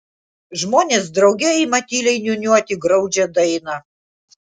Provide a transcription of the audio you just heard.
žmonės drauge ima tyliai niūniuoti graudžią dainą